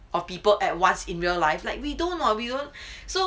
of people at once in real life like we don't what so we weren't what so